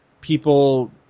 people